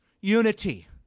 unity